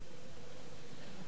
לכל רשעות יש תירוץ.